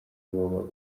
woba